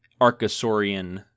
archosaurian